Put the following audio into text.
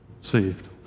saved